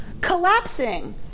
collapsing